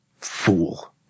Fool